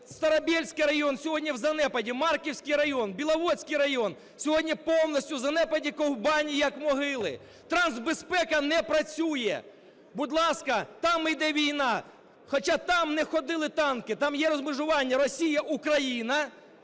Старобільський район сьогодні в занепаді?! Марківський район, Біловодський район сьогодні повністю в занепаді, ковбані, як могили?! Трансбезпека не працює! Будь ласка, там іде війна, хоча там не ходили танки. Там є розмежування Росія – Україна